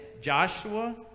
Joshua